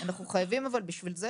אבל בשביל זה,